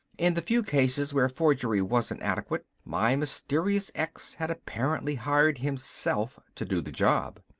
in the few cases where forgery wasn't adequate, my mysterious x had apparently hired himself to do the job.